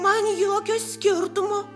man jokio skirtumo